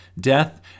death